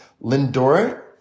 Lindora